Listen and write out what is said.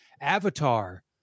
Avatar